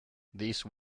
these